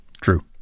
True